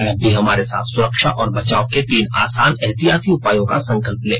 आप भी हमारे साथ सुरक्षा और बचाव के तीन आसान एहतियाती उपायों का संकल्प लें